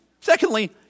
secondly